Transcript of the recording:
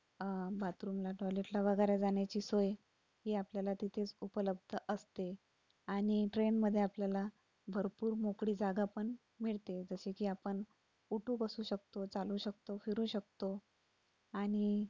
बाथरूमला टॉयलेटला वगैरे जाण्याची सोय ही आपल्याला तिथेच उपलब्ध असते आणि ट्रेनमध्ये आपल्याला भरपूर मोकळी जागा पण मिळते जसे की आपण उठू बसू शकतो चालू शकतो फिरू शकतो आणि